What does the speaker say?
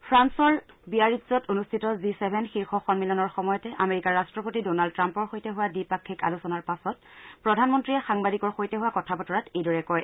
ফ্ৰান্সৰ বিয়াৰিট্জত G seven শীৰ্ষ সম্মিলনৰ সময়তে আমেৰিকাৰ ৰাট্টপতি ডোনাল্ড ট্ৰাম্পৰ সৈতে হোৱা দ্বিপাক্ষিক আলোচনাৰ পাছত প্ৰধানমন্ত্ৰীয়ে মোডীয়ে সাংবাদিকৰ সৈতে হোৱা কথাবতৰাত এইদৰে কয়